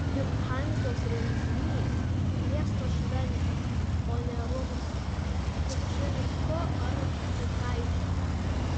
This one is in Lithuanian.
juk hanzos renginys miesto šventė o ne rumšo kupčinsko ar mikaičio